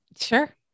Sure